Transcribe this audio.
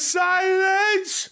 silence